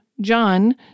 John